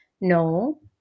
no